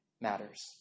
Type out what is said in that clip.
matters